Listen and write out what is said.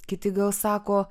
kiti gal sako